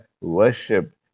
worship